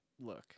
look